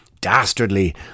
dastardly